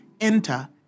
enter